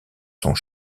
sont